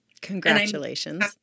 Congratulations